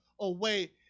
away